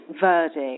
verdict